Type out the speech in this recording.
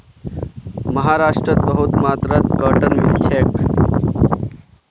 महाराष्ट्रत बहुत मात्रात कॉटन मिल छेक